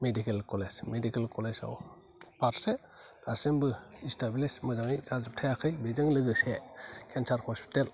medical college medical college आव फारसे दासिमबो इस्थाब्लिस मोजाङै जाजोबथायाखै बेजों लोगोसे केन्सार हसपितेल